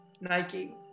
nike